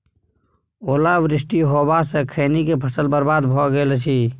ओला वृष्टी होबा स खैनी के फसल बर्बाद भ गेल अछि?